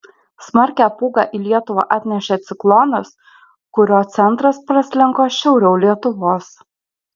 smarkią pūgą į lietuvą atnešė ciklonas kurio centras praslinko šiauriau lietuvos